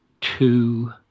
two